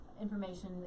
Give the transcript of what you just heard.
information